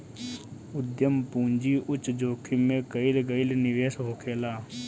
उद्यम पूंजी उच्च जोखिम में कईल गईल निवेश होखेला